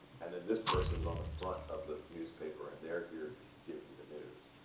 and then this person's on the front of the newspaper, and they're here to give me the news.